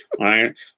right